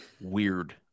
weird